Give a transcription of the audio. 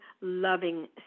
loving